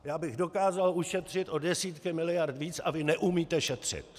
Já bych dokázal ušetřit o desítky miliard víc a vy neumíte šetřit.